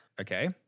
Okay